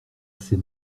c’est